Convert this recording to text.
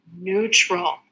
neutral